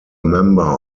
member